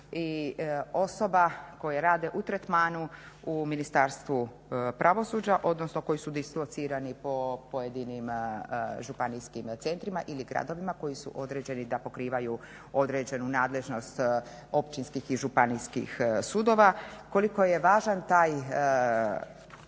i osoba koje rade u tretmanu u Ministarstvu pravosuđa odnosno koje su dislocirani po pojedinim županijskim centrima ili gradovima koji su određeni da pokrivaju određenu nadležnost Općinskih i Županijskih sudova, koliko je važan taj